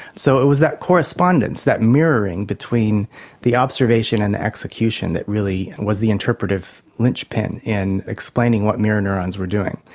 so it was that correspondence, that mirroring between the observation and the execution that really was the interpretive linchpin in explaining what mirror neurons were doing.